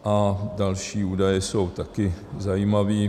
A další údaje jsou také zajímavé.